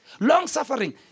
long-suffering